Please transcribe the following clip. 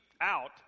out